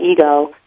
ego